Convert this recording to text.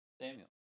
Samuel